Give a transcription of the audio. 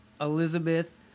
Elizabeth